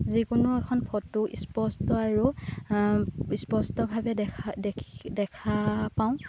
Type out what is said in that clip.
যিকোনো এখন ফটো স্পষ্ট আৰু স্পষ্টভাৱে দেখা দেখি দেখা পাওঁ